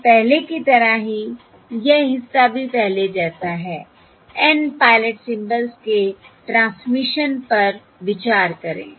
तो पहले की तरह ही यह हिस्सा भी पहले जैसा है N पायलट सिंबल्स के ट्रांसमिशन पर विचार करें